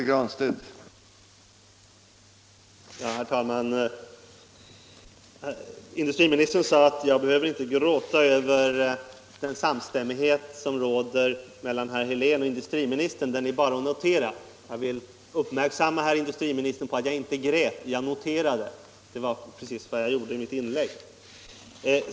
Herr talman! Industriministern sade att jag inte behövde gråta över den samstämmighet som råder mellan herr Helén och industriministern utan att den bara är att notera. Jag vill uppmärksamma herr industriministern på att jag inte grät utan noterade — det var precis vad jag gjorde i mitt inlägg.